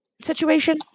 situation